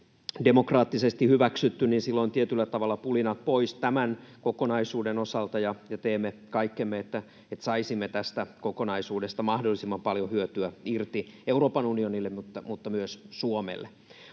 demokraattisesti hyväksytty, niin silloin tietyllä tavalla pulinat pois tämän kokonaisuuden osalta ja teemme kaikkemme, että saisimme tästä kokonaisuudesta mahdollisimman paljon hyötyä irti Euroopan unionille mutta myös Suomelle.